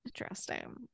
Interesting